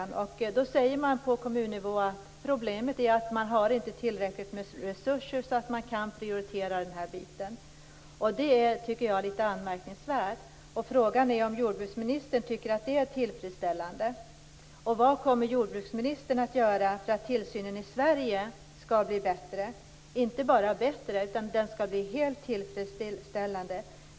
På kommunnivå säger man att problemet är att man inte har tillräckligt med resurser för att prioritera denna uppgift. Jag tycker att det är litet anmärkningsvärt. Tycker jordbruksministern att det här är tillfredsställande? Vad kommer jordbruksministern att göra för att tillsynen i Sverige skall bli inte bara bättre utan helt tillfredsställande?